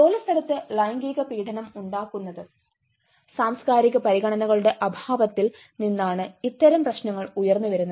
ജോലിസ്ഥലത്ത് ലൈംഗിക പീഡനം ഉണ്ടാകുന്നത് സാംസ്കാരിക പരിഗണനകളുടെ അഭാവത്തിൽ നിന്നാണ് ഇത്തരം പ്രശ്നങ്ങൾ ഉയർന്നുവരുന്നത്